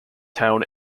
town